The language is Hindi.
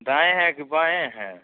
दाएँ है कि बाएँ है